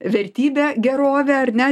vertybę gerovę ar ne